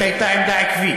אתה יודע איזה סבלנות,